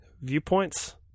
viewpoints